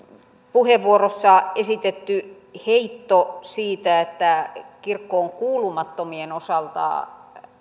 puheenvuorossa esitetty heitto siitä että kirkkoon kuulumattomien osalta